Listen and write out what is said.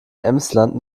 emsland